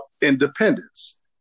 independence